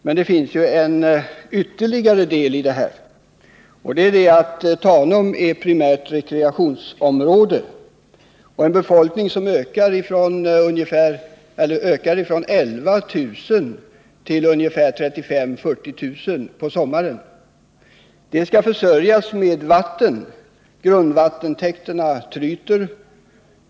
Men det finns ytterligare en aspekt på frågan. Tanum är primärt rekreationsområde. Dess befolkning ökar från 11 000 under större delen av året till 35 000-40 000 på sommaren. Dessa människor skall försörjas med vatten. Grundvattentäkterna tryter.